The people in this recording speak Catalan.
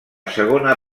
segona